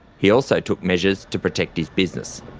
he also took measures to protect his business.